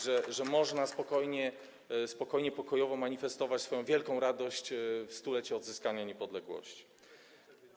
że można spokojnie, pokojowo manifestować swoją wielką radość w stulecie odzyskania niepodległości.